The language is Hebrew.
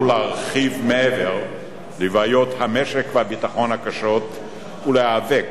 להרחיב מעבר לבעיות המשק והביטחון הקשות ולהיאבק